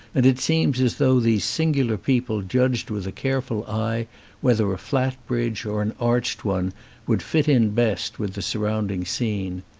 and it seems as though these singular people judged with a careful eye whether a flat bridge or an arched one would fit in best with the surround ing scene.